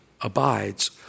abides